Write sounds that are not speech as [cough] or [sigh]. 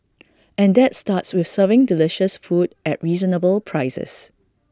[noise] and that starts with serving delicious food at reasonable prices